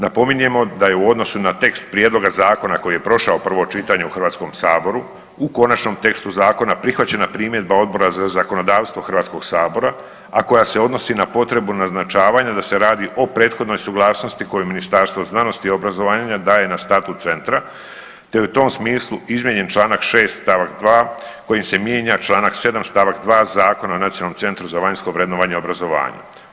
Napominjemo, da je u odnosu na tekst prijedloga zakona koji je prošao prvo čitanje u Hrvatskom saboru u konačnom tekstu zakona prihvaćena primjedba Odbora za zakonodavstvo Hrvatskog sabora, a koja se odnosi na potrebu naznačavanja da se radi o prethodnoj suglasnosti koju Ministarstvo znanosti i obrazovanja daje na statut centra, te je u tom smislu izmijenjen čl. 6. st. 2. kojim se mijenja čl. 7. st. 2. Zakona o nacionalnom centru za vanjsko vrednovanje obrazovanja.